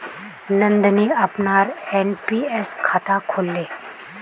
नंदनी अपनार एन.पी.एस खाता खोलले